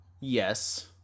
Yes